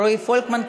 רועי פולקמן,